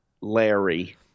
Larry